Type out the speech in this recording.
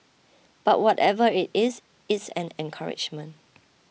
but whatever it is it's an encouragement